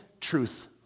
truth